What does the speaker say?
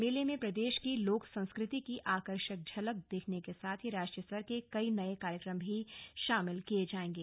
मेले में प्रदेश की लोक संस्कृति की आकर्षक झलक के साथ राष्ट्रीय स्तर के कई नए कार्यक्रम भी शामिल किए जाएंगे